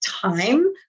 time